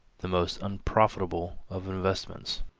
the most unprofitable of investments.